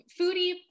foodie